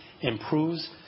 improves